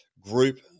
group